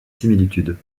similitudes